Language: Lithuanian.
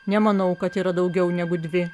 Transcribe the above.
nemanau kad yra daugiau negu dvi